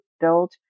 build